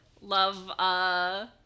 love